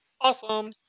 awesome